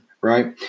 right